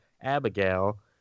Abigail